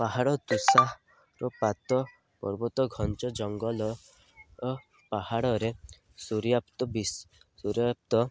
ପାହାଡ଼ ତୋଷା ର ପାତ ପର୍ବତ ଘଞ୍ଚ ଜଙ୍ଗଲ ପାହାଡ଼ରେ ସୂର୍ଯ୍ୟାପ୍ତ ବି ସୂର୍ଯ୍ୟାପ୍ତ